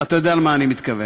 אתה יודע למה אני מתכוון.